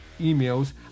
emails